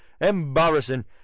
Embarrassing